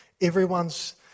Everyone's